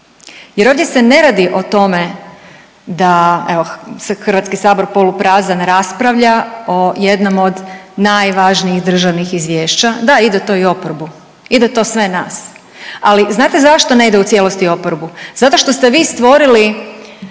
jer ovdje se ne radi o tome da evo se HS poluprazan raspravlja o jednom od najvažnijih državnih izvješća, da ide to i oporbu, ide to sve nas, ali znate zašto ne ide u cijelosti oporbu, zato što ste vi stvorili